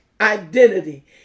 identity